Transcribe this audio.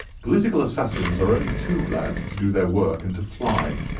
political assassins are only too glad to do their work and to fly.